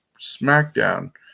Smackdown